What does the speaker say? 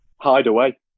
Hideaway